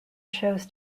shows